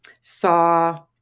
saw